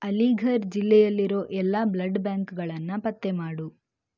ಅಲೀಘರ್ ಜಿಲ್ಲೆಯಲ್ಲಿರೋ ಎಲ್ಲ ಬ್ಲಡ್ ಬ್ಯಾಂಕ್ಗಳನ್ನು ಪತ್ತೆ ಮಾಡು